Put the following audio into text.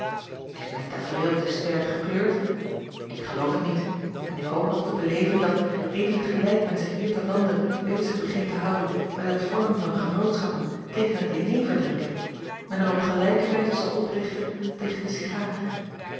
s mijn tafereel te sterk gekleurd k geloof het niet en ik hoop nog te beleven dat even gelijk men zich hier te lande bezig begint te houden met het vormen van genootschappen tegen t jeneverdrinken men er op gelijke wijze zal oprichten tegen den cigaar